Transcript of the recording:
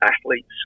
athletes